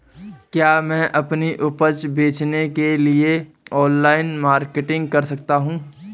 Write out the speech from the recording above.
क्या मैं अपनी उपज बेचने के लिए ऑनलाइन मार्केटिंग कर सकता हूँ?